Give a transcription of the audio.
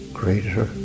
greater